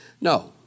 No